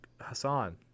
Hassan